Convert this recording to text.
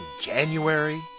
January